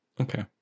okay